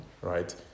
right